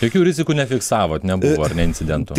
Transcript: jokių rizikų nefiksavot nebuvo ar ne incidento